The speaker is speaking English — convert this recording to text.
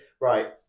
right